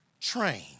train